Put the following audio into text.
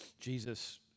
Jesus